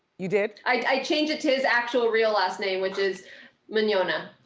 you did? i changed it to his actual real last name, which is mignogna.